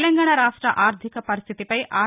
తెలంగాణ రాష్ట ఆర్థిక పరిస్థితిపై ఆర్